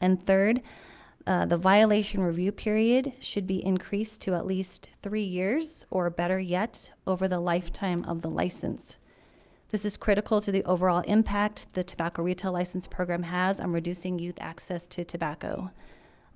and third the violation review period should be increased to at least three years or better yet over the lifetime of the license this is critical to the overall impact the tobacco retail license program has i'm reducing youth access to tobacco